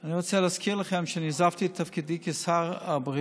אני רוצה להזכיר לכם שאני עזבתי את תפקידי כשר הבריאות